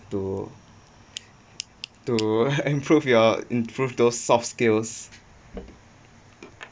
to to improve your improve those soft skills